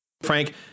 Frank